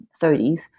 30s